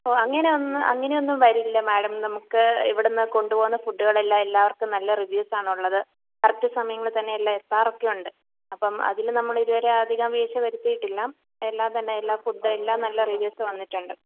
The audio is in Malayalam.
ഓ അങ്ങനെയൊന്നും അങ്ങനെയൊന്നും വരില്ല മാഡം നമുക്ക് ഇവിടെ നിന്ന് കൊണ്ട് പോകുന്ന ഫുഡുകളെല്ലാം എല്ലാവര്ക്കും നല്ല റിവ്യൂസാണ് ഉള്ളത് കറക്റ്റ് സമയങ്ങളിൽ തന്നെ എല്ലാം എത്താറൊക്കെയുണ്ട് അപ്പം അതിൽ നമ്മളിതുവരെ അധികം വീഴ്ച്ച വരുത്തിയിട്ടില്ല എല്ലാം തന്നെ എല്ലാം ഫുഡ് എല്ലാം നല്ല റിവ്യൂസ്സ് വന്നിട്ടുണ്ട്